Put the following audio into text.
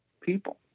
people